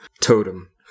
Totem